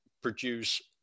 produce